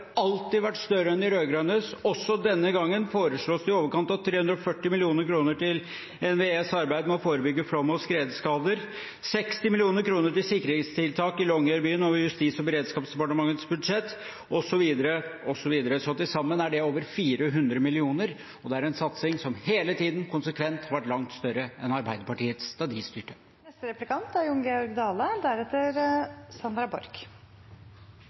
alltid vært større enn de rød-grønnes. Også denne gangen foreslås det i overkant av 340 mill. kr til NVEs arbeid med å forebygge flom- og skredsaker, 60 mill. kr til sikringstiltak i Longyearbyen over Justis- og beredskapsdepartementets budsjett, osv., osv. Til sammen er det over 400 mill. kr, og det er en satsing som hele tiden konsekvent har vært langt større enn Arbeiderpartiets da de styrte. Eg er